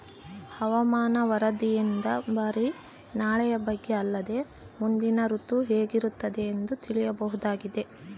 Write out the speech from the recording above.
ಹವಾಮಾನ ವರದಿಯಿಂದ ಬರಿ ನಾಳೆಯ ಬಗ್ಗೆ ಅಲ್ಲದೆ ಮುಂದಿನ ಋತು ಹೇಗಿರುತ್ತದೆಯೆಂದು ತಿಳಿಯಬಹುದಾಗಿದೆ